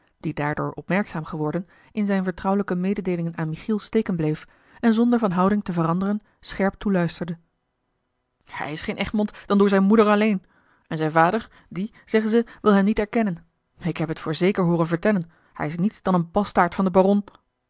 die daardoor opmerkzaam geworden in zijne vertrouwelijke mededeelingen aan michiel steken bleef en zonder van houding te veranderen scherp toeluisterde hij is geen egmond dan door zijne moeder alleen en zijn vader die zeggen ze wil hem niet erkennen ik heb het voor zeker hooren vertellen hij is niets dan een bastaard van den baron